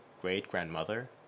great-grandmother